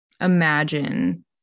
imagine